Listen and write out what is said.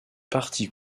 parti